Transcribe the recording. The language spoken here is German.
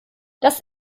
das